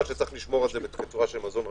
שצריך לשמור את זה בצורה של מזון רגיש.